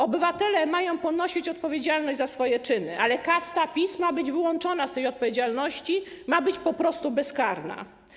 Obywatele mają ponosić odpowiedzialność za swoje czyny, ale kasta PiS ma być wyłączona z tej odpowiedzialności, ma być po prostu bezkarna.